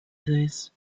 this